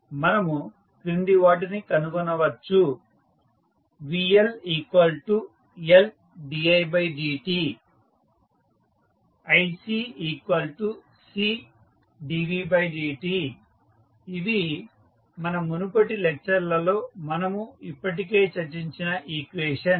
మనము క్రింది వాటిని కనుగొనవచ్చు vLLdidt iCCdvdt ఇవి మన మునుపటి లెక్చర్లలో మనము ఇప్పటికే చర్చించిన ఈక్వేషన్స్